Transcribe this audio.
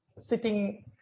sitting